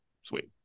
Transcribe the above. sweet